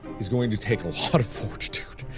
is going to take a lot of fortitude,